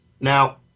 Now